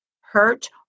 hurt